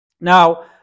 Now